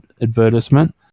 advertisement